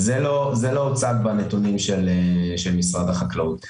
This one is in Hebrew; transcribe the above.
זה לא הוצג בנתונים של משרד החקלאות.